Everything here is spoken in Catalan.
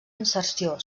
inserció